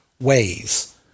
ways